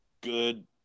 good